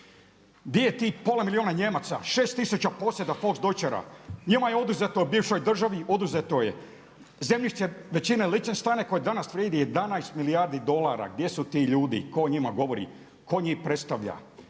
Gdje je tih pola milijuna Nijemaca, 6 tisuća posjeda volksdeutchera? Njima je oduzeto u bivšoj državi oduzeto zemljište većine … koje danas vrijedi 11 milijardi dolara. Gdje su ti ljudi, tko o njima govori, tko njih predstavlja